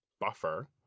buffer